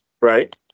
right